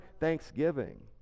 thanksgiving